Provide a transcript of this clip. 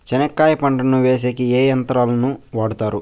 చెనక్కాయ పంటను వేసేకి ఏ యంత్రాలు ను వాడుతారు?